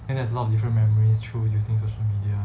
then there's a lot of different memories through using social media